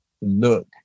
look